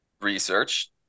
research